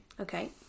Okay